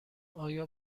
آیا